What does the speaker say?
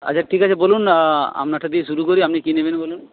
আচ্ছা ঠিক আছে বলুন আপনারটা দিয়ে শুরু করি আপনি কি নেবেন বলুন